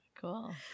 Cool